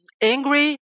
angry